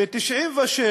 ב-1996